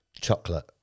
chocolate